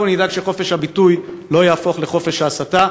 אנחנו נדאג שחופש הביטוי לא יהפוך לחופש ההסתה,